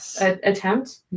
attempt